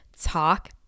talk